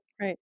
Right